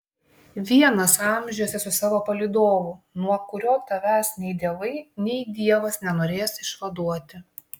vienas amžiuose su savo palydovu nuo kurio tavęs nei dievai nei dievas nenorės išvaduoti